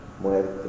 muerte